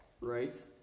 right